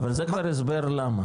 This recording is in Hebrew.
אבל זה כבר הסבר למה.